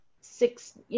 six